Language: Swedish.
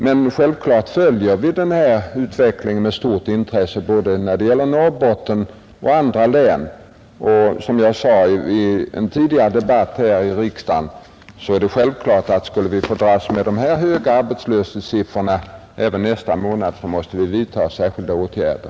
Men naturligtvis följer vi utvvecklingen med stort intresse både när det gäller Norrbotten och när det gäller andra län, och som jag sade i en tidigare debatt här i riksdagen är det självklart, att om vi får dras med de här höga arbetslöshetssiffrorna även nästa månad, så måste vi vidta särskilda åtgärder.